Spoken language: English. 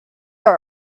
find